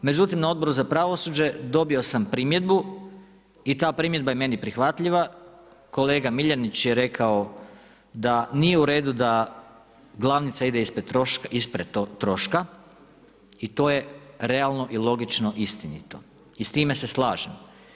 Međutim na Odboru za pravosuđe dobio sam primjedbu i ta primjedba je meni prihvatljiva, kolega Miljenić je rekao da nije u redu da glavnica ispred troška i to je realno i logično istinito, i s time se slažem.